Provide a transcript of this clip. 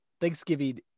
Thanksgiving